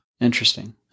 Interesting